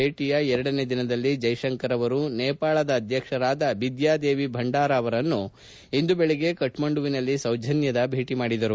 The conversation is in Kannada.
ಭೇಟಿಯ ಎರಡನೇ ದಿನದಲ್ಲಿ ಜೈಶಂಕರ್ ಅವರು ನೇವಾಳ ಅಧ್ಯಕ್ಷರಾದ ಬಿದ್ದಾದೇವಿ ಭಂಡಾರಿ ಅಮನ್ನು ಇಂದು ಬೇಗ್ಗೆ ಕಕ್ಕಂಡುವಿನಲ್ಲಿ ಸೌಜನ್ಯದ ಭೇಟಿ ಮಾಡಿದರು